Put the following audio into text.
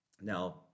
Now